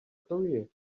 career